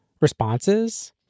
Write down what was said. responses